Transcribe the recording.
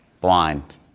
blind